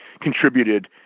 contributed